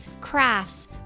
crafts